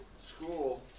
school